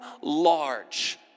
large